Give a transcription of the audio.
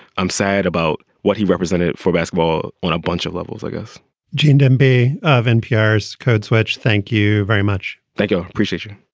i'm sad about what he represented for basketball on a bunch of levels, i guess gene demby of npr's code switch. thank you very much. thank you. appreciation